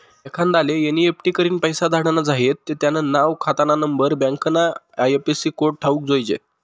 एखांदाले एन.ई.एफ.टी करीन पैसा धाडना झायेत ते त्यानं नाव, खातानानंबर, बँकना आय.एफ.सी कोड ठावूक जोयजे